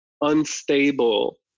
unstable